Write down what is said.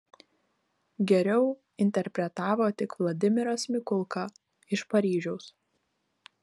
geriau interpretavo tik vladimiras mikulka iš paryžiaus